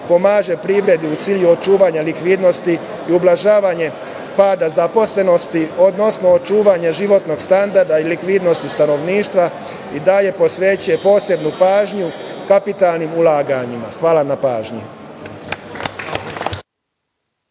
pomaže privredi u cilju očuvanja likvidnosti i ublažavanja pada zaposlenosti, odnosno očuvanja životnog standarda i likvidnosti stanovništva i dalje posvećuje posebnu pažnju kapitalnim ulaganjima. Hvala na pažnji.